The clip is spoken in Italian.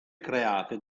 create